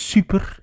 Super